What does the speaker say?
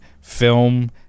film